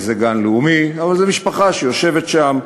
זה גן לאומי, אבל זו משפחה שיושבת שם,